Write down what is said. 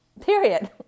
Period